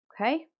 Okay